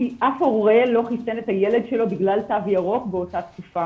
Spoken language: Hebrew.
אף הורה לא חיסן את הילד שלו בגלל תו ירוק באותה תקופה.